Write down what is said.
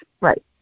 right